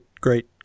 great